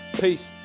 Peace